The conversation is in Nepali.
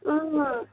अँ